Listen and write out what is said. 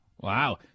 Wow